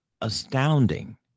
astounding